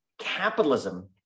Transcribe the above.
capitalism